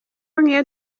nkiyo